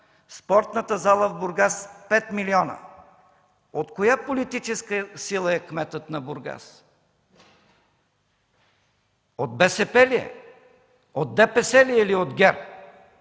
спортната зала в Бургас – 5 милиона. От коя политическа сила е кметът на Бургас? От БСП ли е? От ДПС ли е, или е от ГЕРБ?!